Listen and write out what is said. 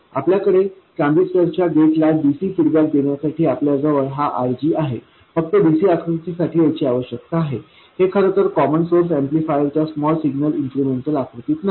आपल्याकडे ट्रान्झिस्टरच्या गेटला dc फीडबॅक देण्यासाठी आपल्या जवळ हा RG आहे फक्त dc आकृतीसाठी याची आवश्यकता आहे हे खरंतर कॉमन सोर्स ऍम्प्लिफायर च्या स्मॉल सिग्नल इन्क्रिमेंटल आकृतीत नाही